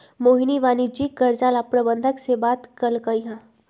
मोहिनी वाणिज्यिक कर्जा ला प्रबंधक से बात कलकई ह